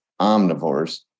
omnivores